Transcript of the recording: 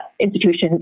institutions